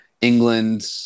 England